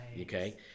Okay